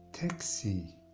Taxi